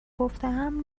گفتهام